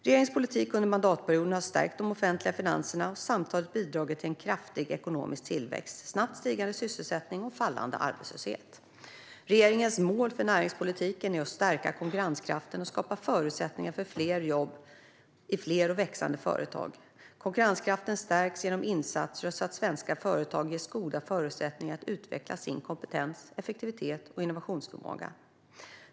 Regeringens politik under mandatperioden har stärkt de offentliga finanserna och samtidigt bidragit till en kraftig ekonomisk tillväxt, snabbt stigande sysselsättning och fallande arbetslöshet. Regeringens mål för näringspolitiken är att stärka konkurrenskraften och skapa förutsättningar för fler jobb i fler och växande företag. Konkurrenskraften stärks genom insatser så att svenska företag ges goda förutsättningar att utveckla sin kompetens, effektivitet och innovationsförmåga.